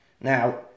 Now